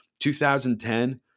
2010